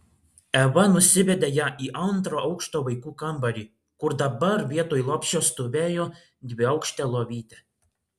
eva nusivedė ją į antro aukšto vaikų kambarį kur dabar vietoj lopšio stovėjo dviaukštė lovytė